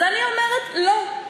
אז אני אומרת: לא.